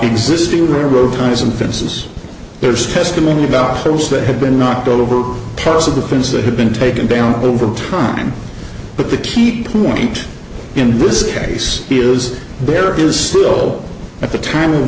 existing railroad ties and fences there's testimony about those that have been knocked over parts of the things that have been taken down over time but the keep point in this case is there is still at the time